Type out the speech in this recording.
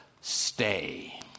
stay